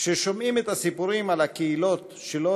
כששומעים את הסיפורים על הקהילות שלא